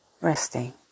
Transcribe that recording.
resting